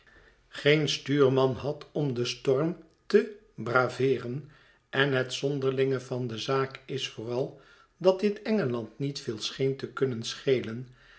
geen stuurman had om den storm te braveeren en het zonderlinge van de zaak is vooral dat dit engeland niet veel scheen te kunnen schelen